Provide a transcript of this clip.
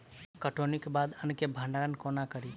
कटौनीक बाद अन्न केँ भंडारण कोना करी?